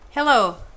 Hello